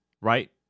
right